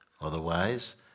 Otherwise